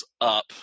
up